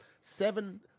seven